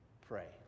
pray